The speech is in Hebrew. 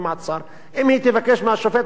אם היא תבקש מהשופט, השופט לא יסרב.